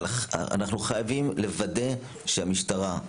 אבל אנחנו חייבים לוודא שהמשטרה,